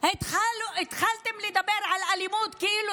הכנסת אופיר כץ.